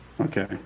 Okay